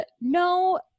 No-